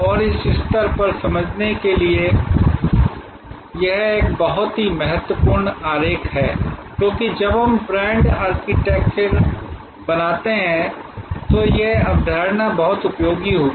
और इस स्तर पर समझने के लिए यह एक बहुत ही महत्वपूर्ण आरेख है क्योंकि जब हम ब्रांड आर्किटेक्चर बनाते हैं तो यह अवधारणा बहुत उपयोगी होगी